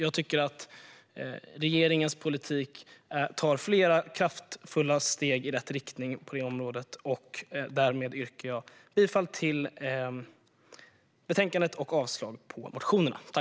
Jag tycker att regeringens politik tar flera kraftfulla steg i rätt riktning på detta område. Därmed yrkar jag bifall till utskottets förslag och avslag på motionerna.